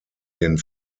den